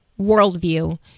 worldview